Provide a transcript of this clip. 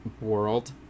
world